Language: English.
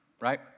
right